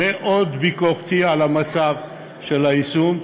מאוד ביקורתי על המצב של היישום,